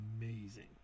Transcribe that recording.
amazing